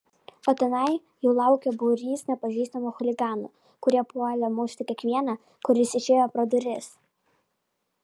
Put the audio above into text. o tenai jau laukė būrys nepažįstamų chuliganų kurie puolė mušti kiekvieną kuris išėjo pro duris